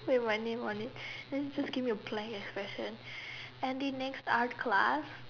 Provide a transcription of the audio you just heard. with my name of it then he just give me a plain expression and the next art class